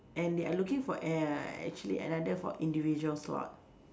and they are looking for a~ actually another for individual slot